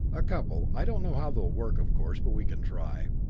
a couple. i don't know how they'll work, of course but we can try.